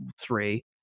Three